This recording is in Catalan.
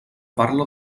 parla